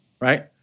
right